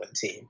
team